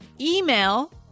email